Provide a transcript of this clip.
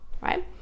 right